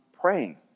praying